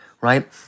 right